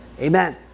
Amen